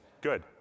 good